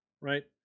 right